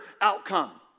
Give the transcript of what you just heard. outcome